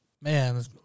man